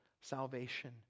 salvation